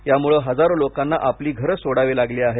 यामुळे हजारो लोकांना आपली घरे सोडावी लागली आहेत